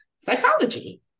psychology